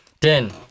ten